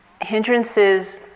Hindrances